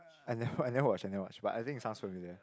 I never I never watch I never watch but I think it sounds familiar